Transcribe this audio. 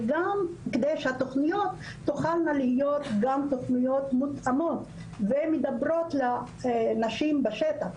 וגם כדי שהתוכניות תוכלנה להיות גם תוכניות מותאמות ומדברות לנשים בשטח.